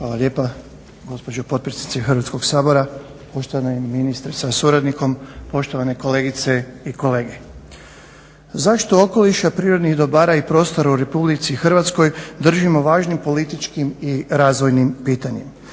Hvala lijepa gospođo potpredsjednice Hrvatskog sabora, poštovani ministre sa suradnikom, poštovane kolegice i kolege. Zaštitu okoliša, prirodnih dobara i prostora u Republici Hrvatskoj držimo važnim političkim i razvojnim pitanjem.